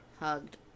hugged